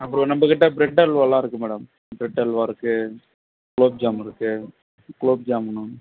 அப்புறம் நம்பகிட்ட பிரட் அல்வாலாம் இருக்கு மேடம் பிரட் அல்வா இருக்கு குலோப்ஜாமுன் இருக்கு குலோப்ஜாமுன்